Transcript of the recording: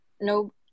no